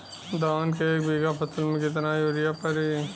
धान के एक बिघा फसल मे कितना यूरिया पड़ी?